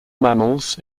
mammals